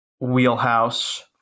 wheelhouse